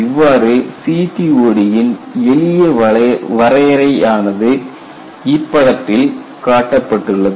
இவ்வாறு CTOD ன் எளிய வரையறை யானது இப்படத்தில் காட்டப்பட்டுள்ளது